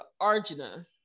Arjuna